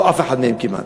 או אף אחד מהם כמעט.